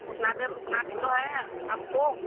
उतना देर रुकना भी तो है आपको